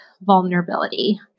vulnerability